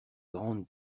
grande